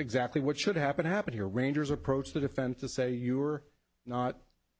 exactly what should happen happened here rangers approached the defense to say you were not